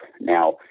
Now